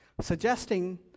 suggesting